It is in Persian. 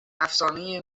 افسانه